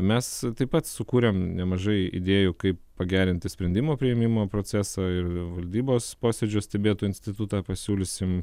mes taip pat sukūrėm nemažai idėjų kaip pagerinti sprendimo priėmimo procesą ir valdybos posėdžio stebėtojų institutą pasiūlysim